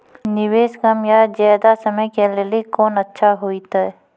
निवेश कम या ज्यादा समय के लेली कोंन अच्छा होइतै?